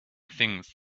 things